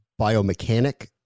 biomechanic